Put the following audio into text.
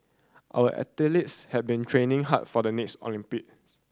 our athletes have been training hard for the next Olympics